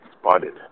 spotted